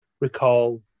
recall